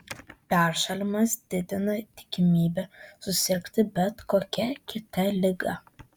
peršalimas didina tikimybę susirgti bet kokia kita liga